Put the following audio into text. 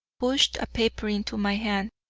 pushed a paper into my hand,